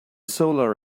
solar